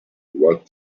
what